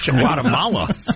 Guatemala